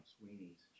Sweeney's